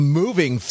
moving